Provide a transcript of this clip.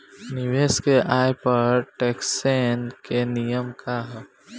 निवेश के आय पर टेक्सेशन के नियम का ह?